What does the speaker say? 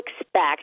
expect